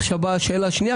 עכשיו באה השאלה השנייה,